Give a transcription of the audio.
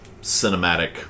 cinematic